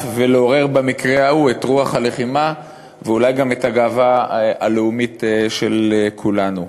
ולעורר במקרה ההוא את רוח הלחימה ואולי גם את הגאווה הלאומית של כולנו.